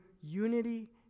unity